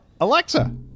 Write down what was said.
Alexa